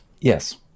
Yes